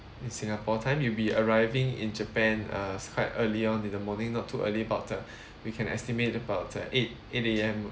in singapore time you'll be arriving in japan uh quite earlier on in the morning not too early about uh we can estimate about uh eight eight A_M